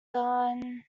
done